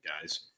guys